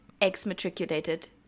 ex-matriculated